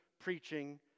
preaching